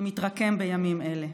שמתרקם בימים אלה.